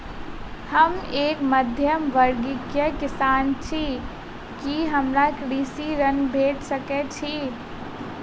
हम एक मध्यमवर्गीय किसान छी, की हमरा कृषि ऋण भेट सकय छई?